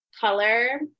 color